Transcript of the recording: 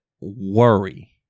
worry